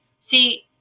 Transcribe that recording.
see